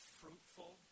fruitful